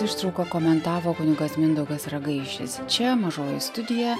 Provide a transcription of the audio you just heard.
ištrauką komentavo kunigas mindaugas ragaišis čia mažoji studija